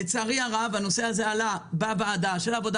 לצערי הרב הנושא הזה עלה בוועדת העבודה